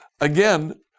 Again